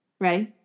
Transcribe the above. Ready